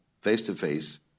face-to-face